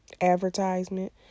advertisement